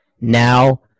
now